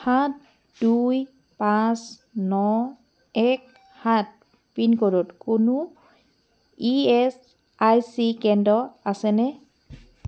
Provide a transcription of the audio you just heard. সাত দুই পাঁচ ন এক সাত পিনক'ডত কোনো ই এছ আই চি কেন্দ্র আছেনে